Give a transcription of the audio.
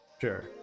Sure